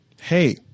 hey